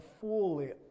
fully